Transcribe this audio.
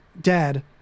dead